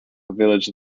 village